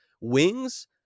Wings